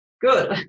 good